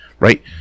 Right